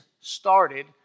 started